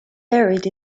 buried